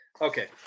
Okay